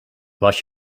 was